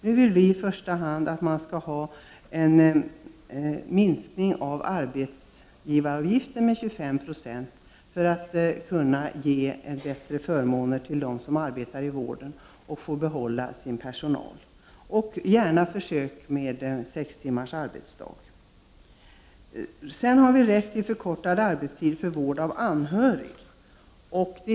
Vi vill i första hand ha en minskning av arbetsgivaravgiften med 25 96 så att man kan ge bättre förmåner till dem som arbetar i vården och därigenom kan behålla personalen. Gör gärna försök med sex timmars arbetsdag. Det finns en lagstadgad rätt till förkortad arbetstid för vård av anhörig.